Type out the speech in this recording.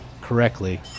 correctly